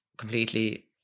completely